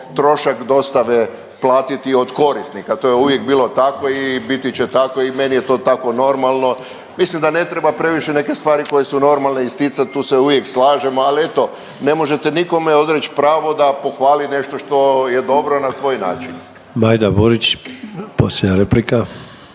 Majda Burić, posljednja replika.